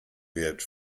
wird